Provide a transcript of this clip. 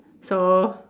so